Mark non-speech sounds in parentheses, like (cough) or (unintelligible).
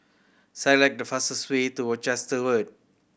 select the fastest way to (unintelligible)